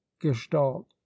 gestalt